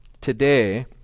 today